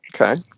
Okay